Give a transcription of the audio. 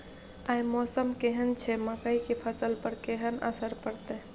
आय मौसम केहन छै मकई के फसल पर केहन असर परतै?